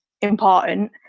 important